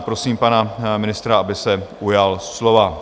Prosím pana ministra, aby se ujal slova.